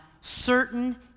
certain